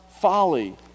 folly